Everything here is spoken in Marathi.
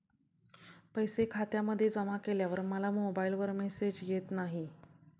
पैसे खात्यामध्ये जमा केल्यावर मला मोबाइलवर मेसेज येत नाही?